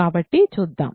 కాబట్టి చూద్దాం